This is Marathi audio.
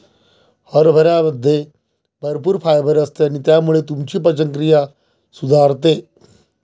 हरभऱ्यामध्ये भरपूर फायबर असते आणि त्यामुळे तुमची पचनक्रिया सुधारते